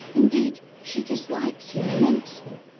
indeed, she dislikes him immensely.